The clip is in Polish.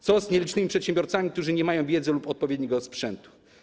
Co z nielicznymi przedsiębiorcami, którzy nie mają wiedzy lub odpowiedniego sprzętu?